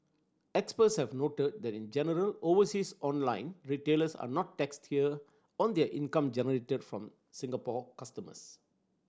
experts have noted that in general overseas online retailers are not taxed here on their income generated from Singapore customers